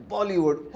Bollywood